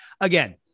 again